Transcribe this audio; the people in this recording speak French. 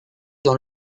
dans